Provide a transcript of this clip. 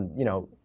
you know,